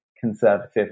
Conservative